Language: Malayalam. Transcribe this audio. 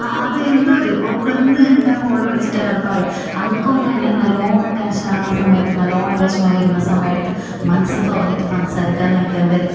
ആ അതെന്തൊരു എന്തെങ്കിലും ഓൾക്ക് എന്തുണ്ടെങ്കിൽ ഓൾ വിളിച്ചിട്ട് എന്നോട് പറയും എനിക്ക് അങ്ങനെ നല്ലവണ്ണം ടെൻഷൻ ആകുന്ന സമയത്ത് ഇങ്ങനെ വിഷമം വരുന്ന സമയത്ത് മനസ്സ് തുറന്നിട്ട് സംസാരിക്കാൻ എനിക്കെൻ്റെ